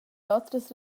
otras